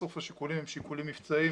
בסוף השיקולים הם שיקולים מבצעיים